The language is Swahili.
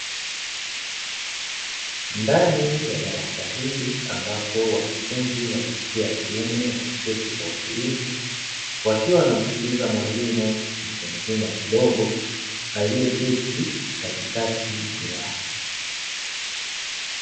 Ndani ya darasa hili ambapo wanafunzi wa jinsia ya kiume wameketi kwa utulivu, wakiwa wanamsikiliza mwalimu mtu mzima kidogo aliyeketi katikati yao.